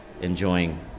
enjoying